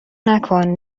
نکن